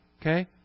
okay